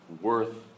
worth